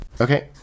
Okay